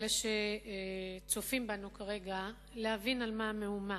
לאלה שצופים בנו כרגע, להבין על מה המהומה.